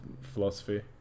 philosophy